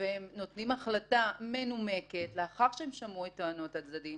והם נותנים החלטה מנומקת לאחר שהם שמעו את טענות הצדדים,